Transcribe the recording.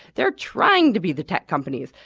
they're trying to be the tech companies,